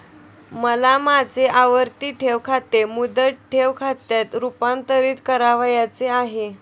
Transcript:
मला माझे आवर्ती ठेव खाते मुदत ठेव खात्यात रुपांतरीत करावयाचे आहे